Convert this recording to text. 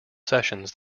sessions